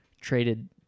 traded